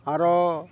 ᱟᱨᱦᱚᱸ